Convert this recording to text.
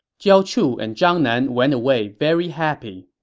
jiao chu and zhang nan went away very happy.